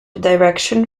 direction